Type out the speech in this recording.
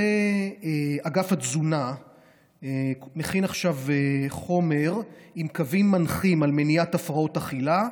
אגף התזונה מכין עכשיו חומר עם קווים מנחים על מניעת הפרעות אכילה.